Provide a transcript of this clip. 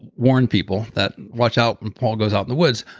warn people that, watch out when paul goes out in the woods.